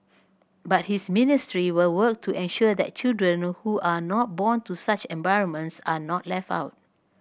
but his ministry will work to ensure that children who are not born to such environments are not left out